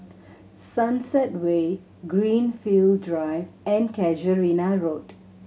Sunset Way Greenfield Drive and Casuarina Road